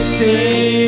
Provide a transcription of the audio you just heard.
say